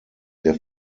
der